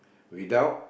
without